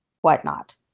whatnot